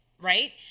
right